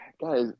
Guys